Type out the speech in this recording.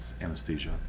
anesthesia